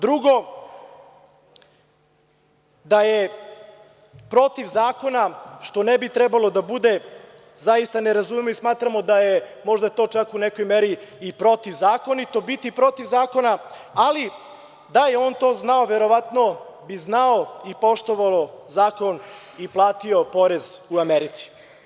Drugo, da je protiv zakona, što ne bi trebalo da bude, zaista ne razumem i smatramo da je možda to čak u nekoj meri i protivzakonito biti protiv zakona, ali da je on to znao verovatno bi znao i poštovao zakon i platio porez u Americi.